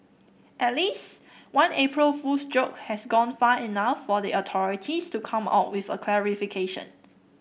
at least one April Fool's joke has gone far enough for the authorities to come out with a clarification